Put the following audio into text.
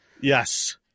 Yes